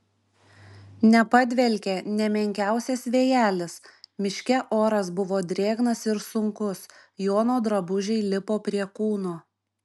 nepadvelkė nė menkiausias vėjelis miške oras buvo drėgnas ir sunkus jono drabužiai lipo prie kūno